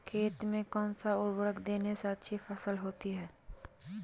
खेत में कौन सा उर्वरक देने से अच्छी फसल होती है?